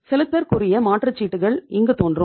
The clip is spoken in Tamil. செலுத்தற்குரிய மாற்றுச்சீட்டுகள் இங்கு தோன்றும்